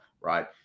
right